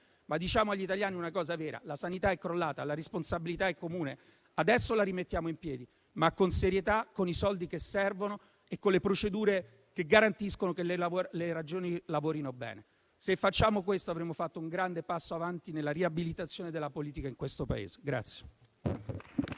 ma diciamo agli italiani una cosa vera: la sanità è crollata, la responsabilità è comune, adesso la rimettiamo in piedi, ma con serietà, con i soldi che servono e con le procedure che garantiscono che le Regioni lavorino bene. Se facciamo questo, avremo fatto un grande passo avanti nella riabilitazione della politica in questo Paese.